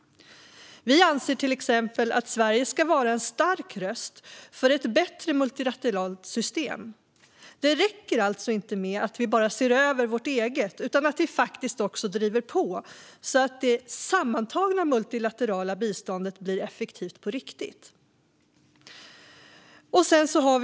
Vi anser till exempel att Sverige ska vara en stark röst för ett bättre multilateralt system. Det räcker alltså inte med att Sverige ser över sitt eget stöd, utan Sverige behöver också driva på så att det sammantagna multilaterala stödet blir effektivt.